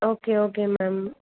okay okay ma'am